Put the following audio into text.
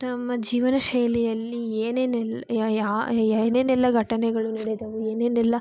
ತಮ್ಮ ಜೀವನಶೈಲಿಯಲ್ಲಿ ಏನೇನೆಲ್ಲ ಯಾ ಏನೇನೆಲ್ಲ ಘಟನೆಗಳು ನಡೆದವು ಏನೇನೆಲ್ಲ